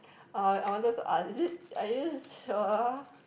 ah I wanted to ask is it are you sure~